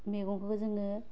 मैगंखौ जोङो